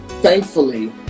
Thankfully